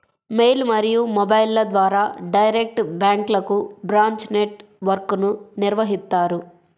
mail మరియు మొబైల్ల ద్వారా డైరెక్ట్ బ్యాంక్లకు బ్రాంచ్ నెట్ వర్క్ను నిర్వహిత్తారు